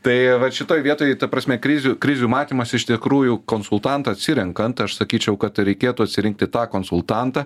tai vat šitoj vietoj ta prasme krizių krizių matymas iš tikrųjų konsultantą atsirenkant aš sakyčiau kad reikėtų atsirinkti tą konsultantą